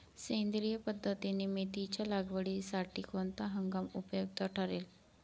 सेंद्रिय पद्धतीने मेथीच्या लागवडीसाठी कोणता हंगाम उपयुक्त ठरेल?